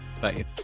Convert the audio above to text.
Bye